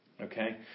Okay